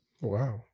Wow